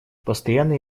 постоянная